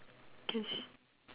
Ks